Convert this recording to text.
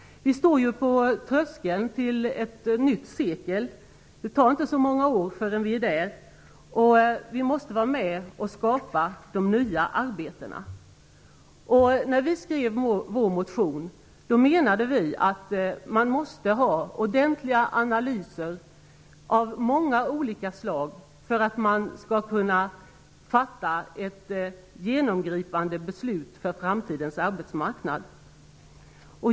Vi står på tröskeln till ett nytt sekel. Det tar inte så många år förrän vi är där. Vi måste vara med och skapa de nya arbetena. När vi skrev vår motion menade vi att man måste ha ordentliga analyser av många olika slag för att man skall kunna fatta ett genomgripande beslut för framtidens arbetsmarknad.